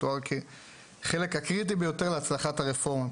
תואר כחלק הקריטי ביותר להצלחת הרפורמה,